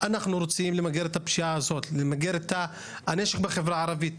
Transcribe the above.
אנחנו רוצים למגר את הפשיעה ולמגר את הנשק בחברה הערבית.